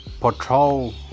patrol